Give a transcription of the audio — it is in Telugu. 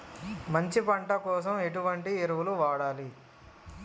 మంచి పంట కోసం ఎటువంటి ఎరువులు వాడాలి?